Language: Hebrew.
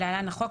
להלן החוק),